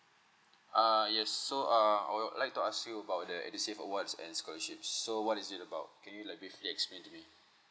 uh yes so uh I would like to ask you about the edusave awards and scholarships so what is it about can you like briefly explain to me.